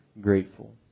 grateful